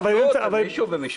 התנצלות במשפט.